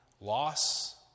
loss